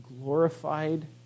glorified